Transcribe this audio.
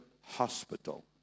hospital